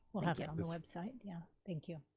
we'll have it on the website. yeah, thank you.